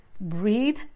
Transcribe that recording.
Breathe